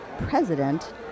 president